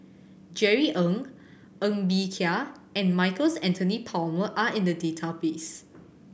Jerry Ng Ng Bee Kia and Michael Anthony Palmer are in the database